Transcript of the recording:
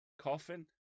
Coffin